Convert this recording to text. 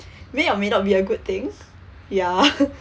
may or may not be a good thing ya